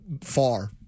far